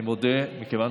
אני מודה, מכיוון